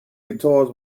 guitars